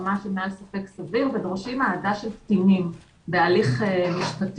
ברמה שהיא מעל ספק סביר ודורשים העדה של קטינים בהליך משפטי,